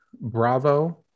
bravo